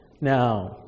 Now